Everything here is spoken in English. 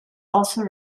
also